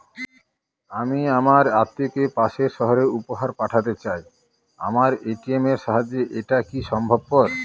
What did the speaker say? আমি আমার আত্মিয়কে পাশের সহরে উপহার পাঠাতে চাই আমার এ.টি.এম এর সাহায্যে এটাকি সম্ভবপর?